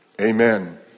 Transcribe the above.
Amen